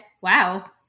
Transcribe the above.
Wow